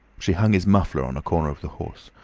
she hung his muffler on a corner of the horse.